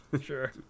sure